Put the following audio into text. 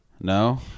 no